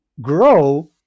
grow